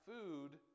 food